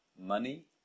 money